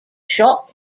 shot